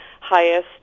highest